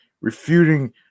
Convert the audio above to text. refuting